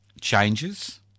changes